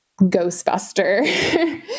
Ghostbuster